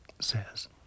says